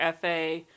FA